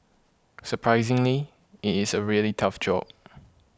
surprisingly it is a really tough job